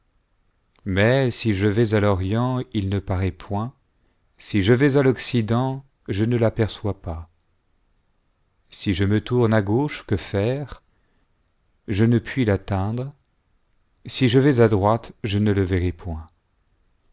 mais si je vais à l'orient il ne paraît point si je vais à l'occident je ne l'aperçois pas si je me tourne àgauche que faire je ne puis l'atteindre sij'e vais à droite je ne le verrai point